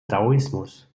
daoismus